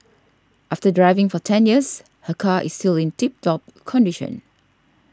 after driving for ten years her car is still in tip top condition